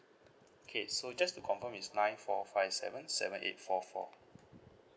okay so just to confirm it's nine four five seven seven eight four four